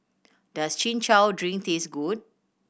does Chin Chow drink taste good